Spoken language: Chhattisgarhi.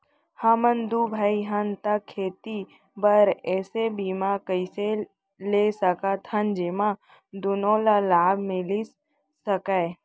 हमन दू भाई हन ता खेती बर ऐसे बीमा कइसे ले सकत हन जेमा दूनो ला लाभ मिलिस सकए?